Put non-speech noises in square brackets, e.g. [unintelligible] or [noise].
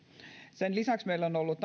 sen lisäksi meillä on ollut [unintelligible]